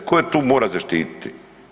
Tko je tu mora zaštititi?